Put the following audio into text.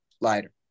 lighter